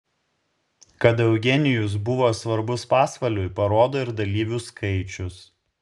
kad eugenijus buvo svarbus pasvaliui parodo ir dalyvių skaičius